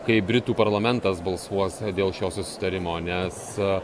kai britų parlamentas balsuos dėl šio susitarimo nes